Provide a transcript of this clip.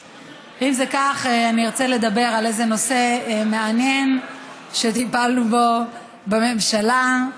אני ארצה לדבר על נושא מעניין שטיפלנו בו, בממשלה.